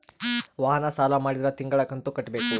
ವಾಹನ ಸಾಲ ಮಾಡಿದ್ರಾ ತಿಂಗಳ ಕಂತು ಕಟ್ಬೇಕು